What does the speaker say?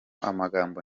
amagambo